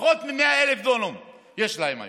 פחות מ-100,000 דונם יש להם היום.